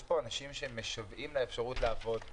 יש כאן אנשים שמשוועים לאפשרות לעבוד.